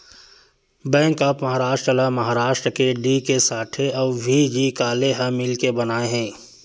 bank of Maharashtra ल महारास्ट के D K Sathe अउ व्ही.जी काले ह मिलके बनाए हे